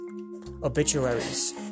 obituaries